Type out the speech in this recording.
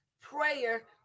Prayer